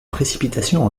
précipitations